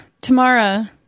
tamara